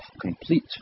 complete